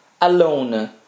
alone